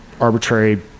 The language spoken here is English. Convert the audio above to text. arbitrary